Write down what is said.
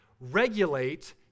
regulate